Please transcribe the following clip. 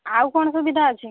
ଆଉ କ'ଣ ସୁବିଧା ଅଛି